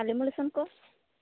ᱟᱨ ᱞᱮᱢᱤᱞᱮᱥᱚᱱ ᱠᱚ